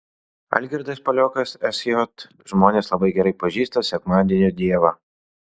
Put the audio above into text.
algirdas paliokas sj žmonės labai gerai pažįsta sekmadienio dievą